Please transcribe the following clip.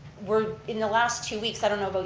we're in the last two weeks, i don't know but